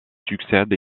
succède